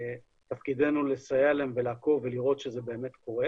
תפקידנו לסייע להם ולעקוב ולראות שזה באמת קורה.